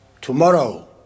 Tomorrow